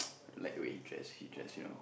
like the way he dress he dress you know